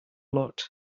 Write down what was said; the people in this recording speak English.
lot